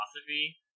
philosophy